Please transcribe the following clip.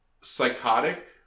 psychotic